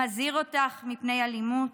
מזהיר אותך מפני אלימות?